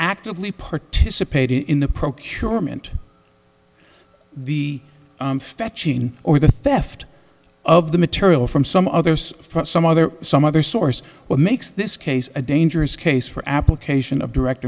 actively participating in the procurement the fetching or the theft of the material from some others for some other some other source what makes this case a dangerous case for application of direct